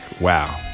wow